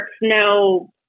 no